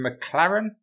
McLaren